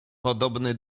podobny